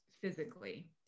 physically